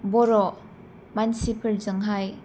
बर' मानसिफोरजोंहाय